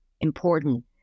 important